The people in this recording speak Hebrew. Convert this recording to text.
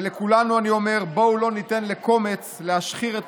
ולכולנו אני אומר: בואו לא ניתן לקומץ להשחיר את